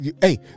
Hey